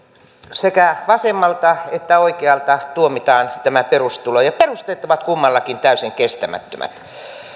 sekä vasemmalta että oikealta tuomitaan tämä perustulo ja perusteet ovat kummallakin täysin kestämättömät